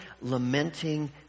lamenting